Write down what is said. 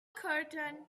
curtain